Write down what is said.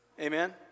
Amen